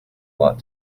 lot